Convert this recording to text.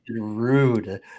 rude